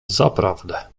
zaprawdę